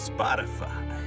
Spotify